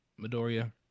Midoriya